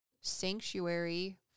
sanctuary